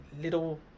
little